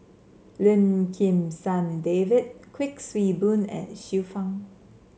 Lim Kim San David Kuik Swee Boon and Xiu Fang